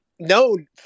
Known